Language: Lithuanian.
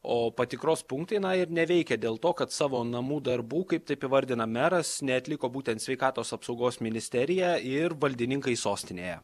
o patikros punktai na ir neveikia dėl to kad savo namų darbų kaip taip įvardina meras neatliko būtent sveikatos apsaugos ministerija ir valdininkai sostinėje